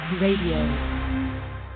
Radio